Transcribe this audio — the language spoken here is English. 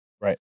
Right